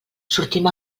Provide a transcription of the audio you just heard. sortim